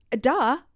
duh